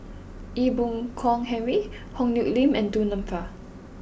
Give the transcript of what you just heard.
Ee Boon Kong Henry Yong Nyuk Lin and Du Nanfa